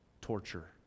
torture